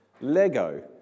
Lego